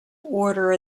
order